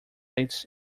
its